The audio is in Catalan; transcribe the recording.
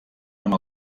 amb